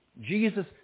Jesus